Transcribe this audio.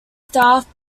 staffed